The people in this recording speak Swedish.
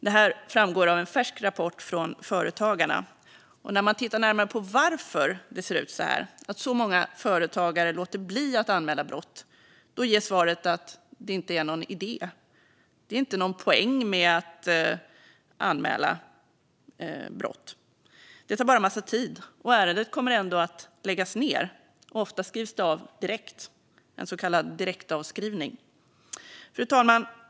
Det framgår av en färsk rapport från Företagarna. När man tittar närmare på varför det ser ut så här, varför så många företagare låter bli att anmäla brott, får man svaret att det inte är någon idé. Det är inte någon poäng med att anmäla brott. Det tar bara en massa tid, och ärendet kommer ändå att läggas ned. Ofta skrivs det av direkt, så kallad direktavskrivning. Fru talman!